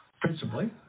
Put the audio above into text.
Principally